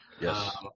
Yes